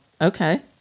Okay